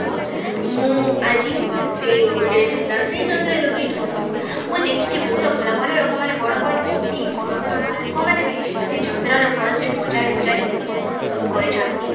ତ ମୁଁ ଆଜି ସେଇ ଗୁଟେ ଯନ୍ତ୍ର ସେଇ ଯନ୍ତ୍ରା ହେଉଚି ଢୋଲ ମୁଁ ଦେଖିଚି ବହୁତ ଭଲ ଭଲ ଲୋକମାନେ ବଡ଼ ବଡ଼ କବି ବଡ଼ ବଡ଼ ଗାୟକମାନେ ବି ସେଇ ଯନ୍ତ୍ରରେ ଭଲ୍ସେ ବଜାଇ ବଜାଇ ସବୁ କରିଛନ୍ତି